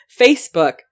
Facebook